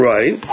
Right